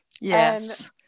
Yes